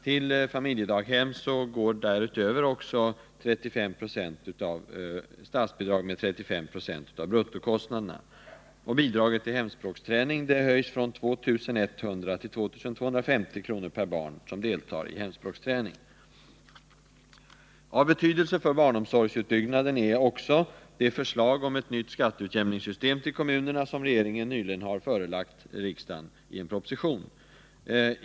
Till familjedaghem utgår därutöver statsbidrag med 35 96 av bruttokostnaderna. Bidraget till hemspråksträning höjs från 2 100 till 2 250 per barn som deltar i hemspråksträning. Av betydelse för barnomsorgsutbyggnaden är också det förslag om ett nytt skatteutjämningssystem till kommunerna som regeringen nyligen har förelagt riksdagen i en proposition.